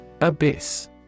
Abyss